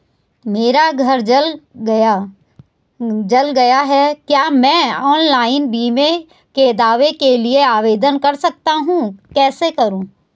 मेरा घर जल गया है क्या मैं ऑनलाइन बीमे के दावे के लिए आवेदन कर सकता हूँ कैसे करूँ?